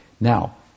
now